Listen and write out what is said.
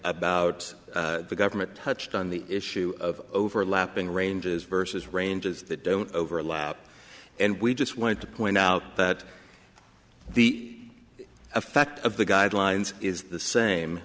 about the government touched on the issue of overlapping ranges versus ranges that don't overlap and we just wanted to point out that the effect of the guidelines is the same